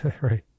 right